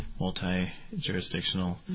multi-jurisdictional